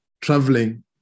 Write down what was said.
traveling